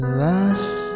last